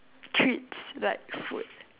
treats like food